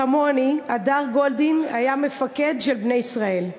כמוני, הדר גולדין היה מפקד של בני ישראל.